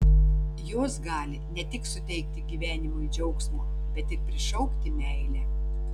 jos gali ne tik suteikti gyvenimui džiaugsmo bet ir prišaukti meilę